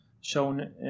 shown